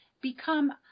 become